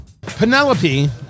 penelope